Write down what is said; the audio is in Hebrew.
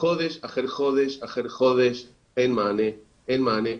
חודש אחרי חודש אחרי חודש, אין מענה ואין מענה.